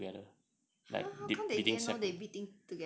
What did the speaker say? !huh! how come they didn't know they bidding together